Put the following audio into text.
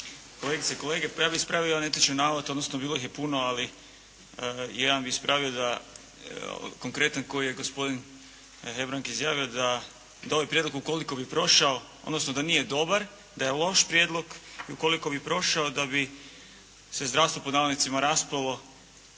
kolegice i kolege! Pa ja bih ispravio netočan navod odnosno bilo ih je puno, ali jedan bi ispravio konkretan koji je gospodin Hebrang izjavio, da ovaj prijedlog ukoliko bi prošao odnosno da nije dobar, da je loš prijedlog i ukoliko bi prošao da bi se zdravstvo pod navodnicima raspalo